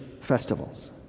festivals